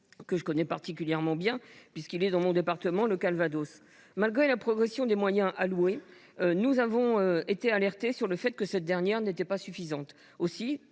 que je connais particulièrement bien, puisqu’il est situé dans mon département, le Calvados. Malgré la progression des moyens alloués, nous avons été alertés sur le fait que cette dernière n’était pas suffisante. Aussi,